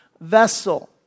vessel